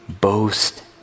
Boast